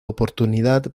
oportunidad